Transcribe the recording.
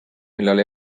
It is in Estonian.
millal